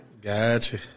Gotcha